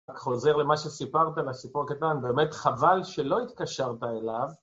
אתה חוזר למה שסיפרת, לסיפור הקטן, באמת חבל שלא התקשרת אליו.